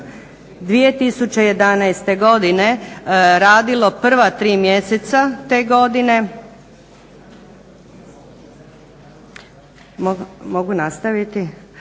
2011. godine radilo prva tri mjeseca te godine. Mogu nastaviti?